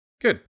Good